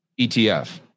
ETF